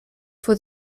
for